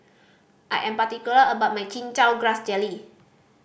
I am particular about my Chin Chow Grass Jelly